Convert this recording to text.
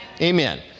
Amen